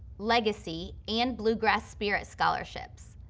legacy and bluegrass spirit scholarships.